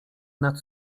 nad